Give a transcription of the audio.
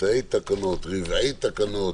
רבעי תקנות,